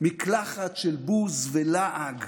מקלחת של בוז ולעג